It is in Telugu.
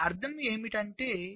దీని అర్థం ఏమిటి అంటే